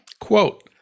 Quote